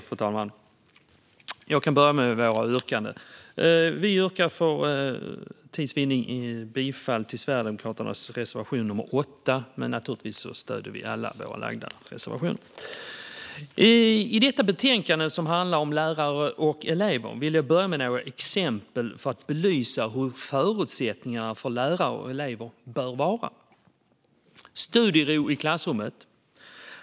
Fru talman! Vi yrkar för tids vinning bifall endast till Sverigedemokraternas reservation 8, men naturligtvis stöder vi alla våra lagda reservationer. I detta betänkande, som handlar om lärare och elever, vill jag börja med några exempel för att belysa hur förutsättningarna för lärare och elever bör vara. Det första gäller studiero i klassrummet.